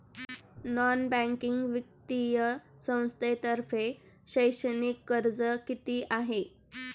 Non banking वित्तीय संस्थांतर्फे शैक्षणिक कर्ज किती आहे?